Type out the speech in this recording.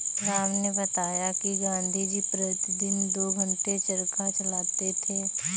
राम ने बताया कि गांधी जी प्रतिदिन दो घंटे चरखा चलाते थे